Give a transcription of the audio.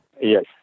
Yes